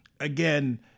Again